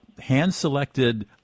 hand-selected